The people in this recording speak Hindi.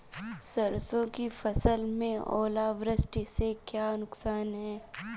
सरसों की फसल में ओलावृष्टि से क्या नुकसान है?